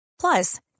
Plus